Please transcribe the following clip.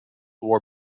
war